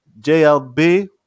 JLB